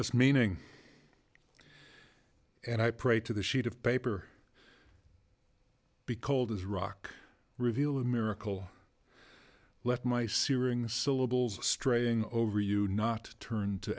us meaning and i pray to the sheet of paper be called as rock reveal a miracle left my searing syllables straying over you not turn to